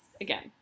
again